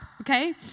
okay